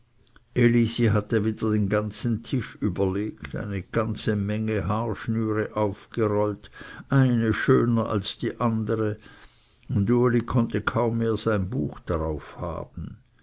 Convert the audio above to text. hatte wieder den ganzen tisch überlegt eine ganze menge haarschnüre aufgerollt eine schöner als die andere und uli konnte kaum mehr sein buch darauf haben